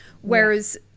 Whereas